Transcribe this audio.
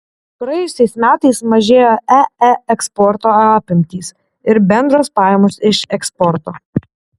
praėjusiais metais mažėjo ee eksporto apimtys ir bendros pajamos iš eksporto